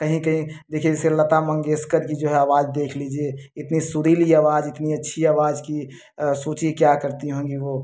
कहीं कहीं देखिए जैसे लता मँगेशकर कि जो है आवाज़ देख लीजिए इतनी सुरीली आवाज़ इतनी अच्छी आवाज़ कि सोचिए क्या करती होंगी वो